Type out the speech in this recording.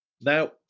Now